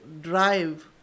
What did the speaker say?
drive